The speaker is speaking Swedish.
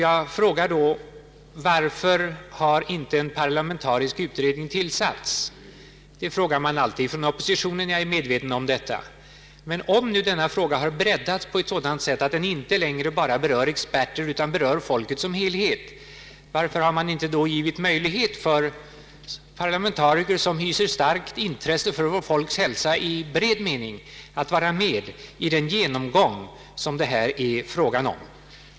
Jag frågar nu: Varför har inte en parlamentarisk utredning tillsatts? Det frågar man alltid från oppositionens sida; jag är medveten om detta. Men om nu denna fråga breddats på ett sådant sätt att den inte längre bara berör experter utan folket i dess helhet, varför har man då inte gett möjlighet för parlamentariker som hyser starkt intresse för vårt folks hälsa i bred mening att vara med i den genomgång som det här är fråga om?